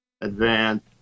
advance